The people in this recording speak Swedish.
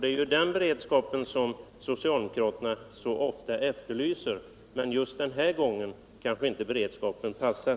Det är den beredskapen som socialdemokraterna så ofta efterlyser, men just denna gång kanske inte beredskapen passar.